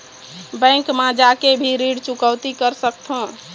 Bank मा जाके भी ऋण चुकौती कर सकथों?